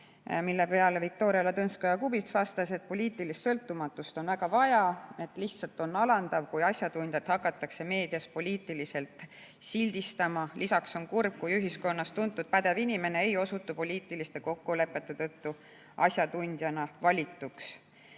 Selle peale Viktoria Ladõnskaja-Kubits vastas, et poliitilist sõltumatust on väga vaja, on lihtsalt alandav, kui asjatundjat hakatakse meedias poliitiliselt sildistama. Lisaks on kurb, kui ühiskonnas tuntud pädev inimene ei osutu poliitiliste kokkulepete tõttu asjatundjaks valituks.